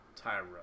Tyra